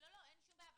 שום בעיה,